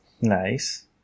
Nice